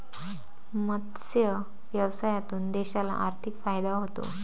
मत्स्य व्यवसायातून देशाला आर्थिक फायदा होतो